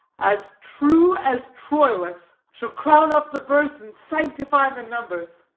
as true as troilus shall crown up the verse and sanctify the numbers.